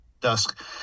dusk